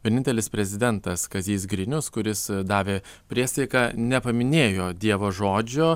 vienintelis prezidentas kazys grinius kuris davė priesaiką nepaminėjo dievo žodžio